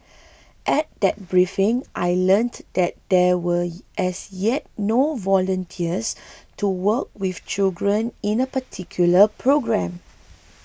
at that briefing I learnt that there were as yet no volunteers to work with children in a particular programme